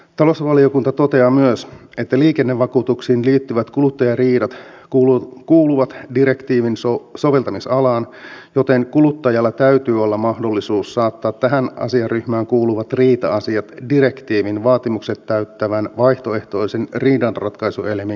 talousvaliokunta toteaa myös että liikennevakuutuksiin liittyvät kuluttajariidat kuuluvat direktiivin soveltamisalaan joten kuluttajalla täytyy olla mahdollisuus saattaa tähän asiaryhmään kuuluvat riita asiat direktiivin vaatimukset täyttävän vaihtoehtoisen riidanratkaisuelimen käsiteltäväksi